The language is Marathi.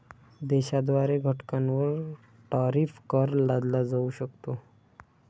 देशाद्वारे घटकांवर टॅरिफ कर लादला जाऊ शकतो